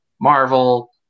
Marvel